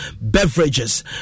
beverages